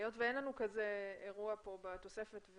היות ואין לנו אירוע כזה בתוספת,